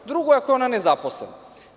Drugo je ako je ona nezaposlena.